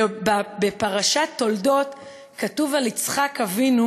בפרשת תולדות כתוב על יצחק אבינו